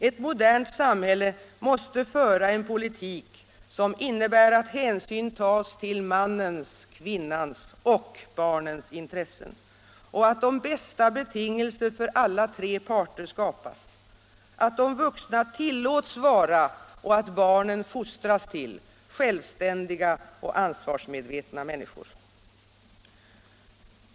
Ett modernt samhälle måste föra en politik som innebär att hänsyn tas till mannens, kvinnans och barnens intressen, att de bästa betingelser för alla tre parter skapas, att de vuxna tillåts vara och att barnen fostras till självständiga och ansvarsmedvetna människor.